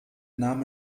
name